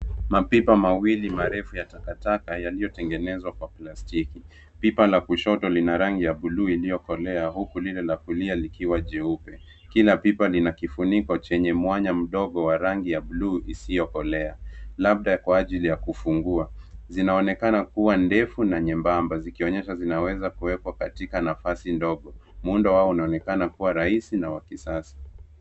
Mapipa mawili marefu ya takataka yaliyotengenezwa kwa platiki. Pipa la kushoto lina rangi ya bluu iliokolea huku lile la kulia likiwa jeupe. Kila pipa lina kifuniko chenye mwanya mdogo wa rangi ya bluu isiokolea, labda kwa ajili ya kufungua. Zinaonekana kuwa ndefu na nyembamba zikionyesha zinaweza kuwekwa katika nafasi ndogo. Muundo wao unaonekana kuwa rahisi na wakisasa.